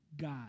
God